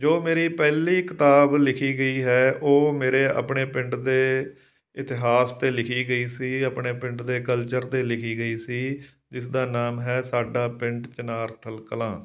ਜੋ ਮੇਰੇ ਪਹਿਲੀ ਕਿਤਾਬ ਲਿਖੀ ਗਈ ਹੈ ਉਹ ਮੇਰੇ ਆਪਣੇ ਪਿੰਡ ਦੇ ਇਤਿਹਾਸ 'ਤੇ ਲਿਖੀ ਗਈ ਸੀ ਆਪਣੇ ਪਿੰਡ ਦੇ ਕਲਚਰ ਦੇ ਲਿਖੀ ਗਈ ਸੀ ਜਿਸਦਾ ਨਾਮ ਹੈ ਸਾਡਾ ਪਿੰਡ ਚਨਾਰਥਲ ਕਲਾਂ